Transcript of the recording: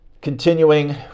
Continuing